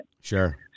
Sure